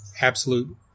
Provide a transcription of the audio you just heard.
absolute